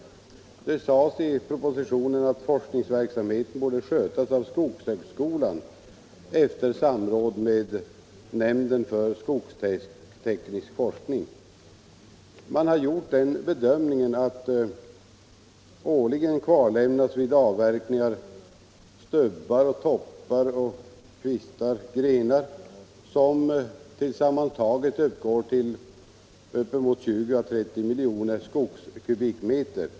Det sades i propositionen att forskningsverksamheten borde skötas av skogshögskolan efter samråd med Nämnden för skogsteknisk forskning. Man har gjort den bedömningen att årligen kvarlämnas vid avverkningar stubbar, toppar, kvistar och grenar som sammantaget uppgår till uppemot 20 å 30 milj. m” sk.